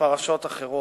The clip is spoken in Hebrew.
ופרשות אחרות.